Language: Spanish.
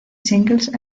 singles